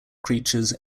creatures